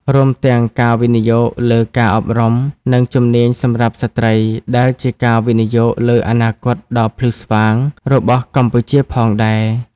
រួមទាំង ការវិនិយោគលើការអប់រំ និងជំនាញសម្រាប់ស្ត្រី ដែលជាការវិនិយោគលើអនាគតដ៏ភ្លឺស្វាងរបស់កម្ពុជាផងដែរ។